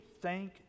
Thank